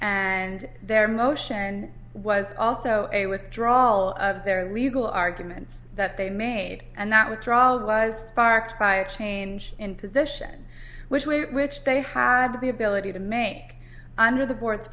and their motion was also a withdraw all of their legal arguments that they made and that withdrawal was sparked by a change in position which way which they had the ability to make under the board